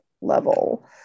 level